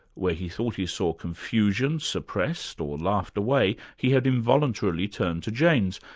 where he thought he saw confusion suppressed, or laughed away, he had involuntarily turned to jane's.